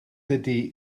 ydy